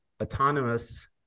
Autonomous